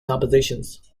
compositions